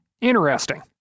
interesting